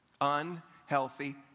unhealthy